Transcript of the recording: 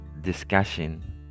discussion